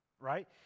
right